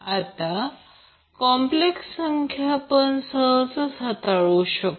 आता कॉप्लेक्स संख्या आपण सहज हाताळू शकतो